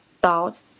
thought